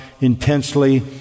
intensely